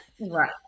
Right